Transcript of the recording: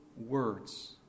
words